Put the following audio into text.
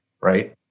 right